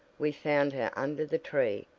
we found her under the tree,